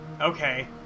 Okay